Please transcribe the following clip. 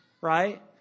right